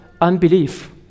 unbelief